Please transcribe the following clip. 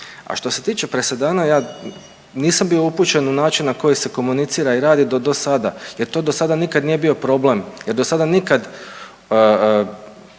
A što se tiče presedana ja nisam bio upućen na način na koji se komunicira i radi do sada jer to dosada nikad nije bio problem jer dosada nikad